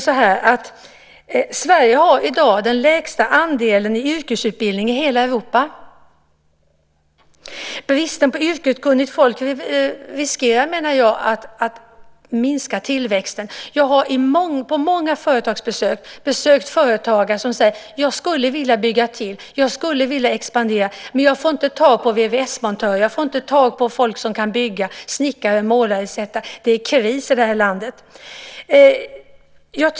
Sverige har i dag den lägsta andelen personer i yrkesutbildning i hela Europa. Bristen på yrkeskunnigt folk riskerar att minska tillväxten. Jag har vid många företagsbesök träffat företagare som säger: Jag skulle vilja bygga till, jag skulle vilja expandera, men jag får inte tag på VVS-montörer, folk som kan bygga, snickare, målare etcetera. Det är kris i det här landet.